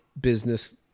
business